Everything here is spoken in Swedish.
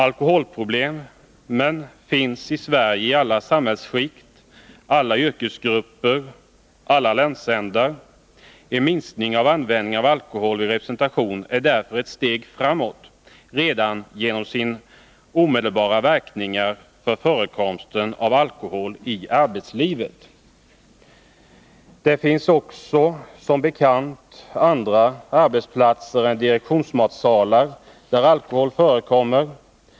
Alkoholproblemen finns i Sverige i alla samhällsskikt, alla yrkesgrupper och alla landsändar. En minskning av användningen av alkohol vid representation är därför ett steg framåt redan genom sina omedelbara verkningar för att minska förekomsten av alkohol i arbetslivet. Det finns också som bekant andra arbetsplatser än direktionsmatsalar där alkohol förekommer.